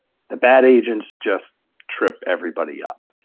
the bad agents just trip everybody up.